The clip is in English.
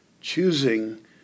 choosing